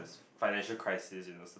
financial crisis you know starting